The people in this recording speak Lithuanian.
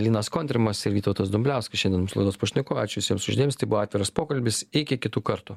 linas kontrimas ir vytautas dumbliauskas šiandien mūsų laidos pašnekovai ačiū visiems už dėmesį tai buvo atviras pokalbis iki kitų kartų